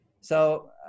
So-